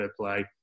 play